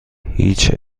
هیچ